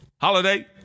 Holiday